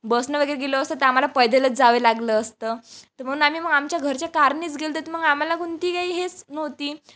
बसने वगैरे गेलं असतं तर आम्हाला पैदलच जावे लागलं असतं तं म्हणून आम्ही मग आमच्या घरच्या कारनीच गेलो तर मग आम्हाला कोणती काही हेच नव्हती